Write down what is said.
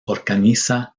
organiza